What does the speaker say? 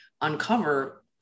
uncover